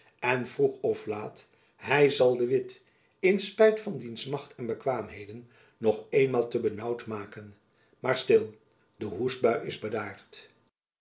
en vroeg of laat hy zal het de witt in spijt van diens macht en bekwaamheden nog eenmaal te benaauwd maken maar stil de hoestbui is bedaard